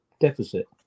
deficit